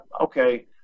Okay